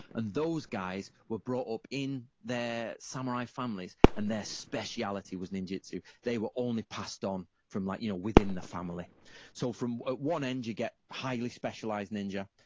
and those guys were brought up in their samurai families and their speciality was ninjutsu. they were only passed on from like you know within the family so from one end you get highly specialized ninja,